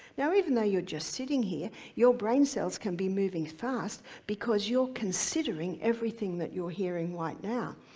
now, even though you're just sitting here your brain cells can be moving fast because you're considering everything that you're hearing right now.